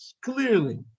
clearly